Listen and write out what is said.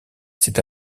c’est